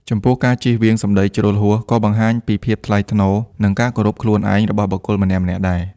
ចំពោះការចៀសវាង សម្ដីជ្រុលហួស ក៏បង្ហាញពី ភាពថ្លៃថ្នូរ និង ការគោរពខ្លួនឯង របស់បុគ្គលម្នាក់ៗដែរ។